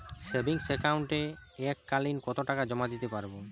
Savings একাউন্টে এক কালিন কতটাকা জমা দিতে পারব?